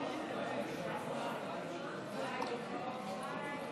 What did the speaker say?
תודה, אדוני היושב-ראש.